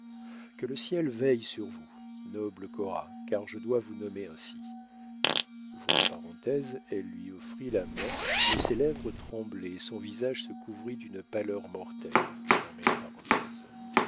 que le ciel veille sur vous noble cora car je dois vous nommer ainsi elle lui offrit la main mais ses lèvres tremblaient et son visage se couvrit d'une pâleur mortelle